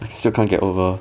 I still can't get over